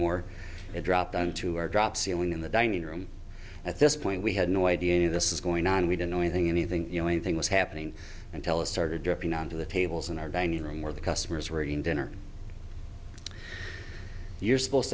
more it dropped down to our drop ceiling in the dining room at this point we had no idea this is going on we didn't know anything anything you know anything was happening and tell us started dripping onto the tables in our dining room where the customers were eating dinner you're supposed